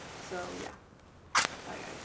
so yeah bye guys